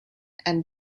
and